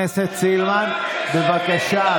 שהכנסת קיבלה החלטה פה